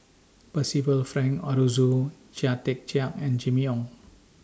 Percival Frank Aroozoo Chia Tee Chiak and Jimmy Ong